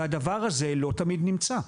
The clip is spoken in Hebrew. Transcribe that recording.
והדבר הזה לא תמיד נמצא.